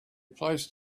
placed